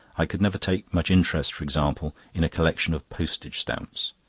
i could never take much interest, for example, in a collection of postage stamps.